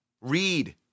Read